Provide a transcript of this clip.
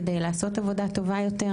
כדי לעשות עבודה טובה יותר.